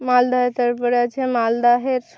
মালদহের তারপরে আছে মালদহের